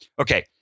Okay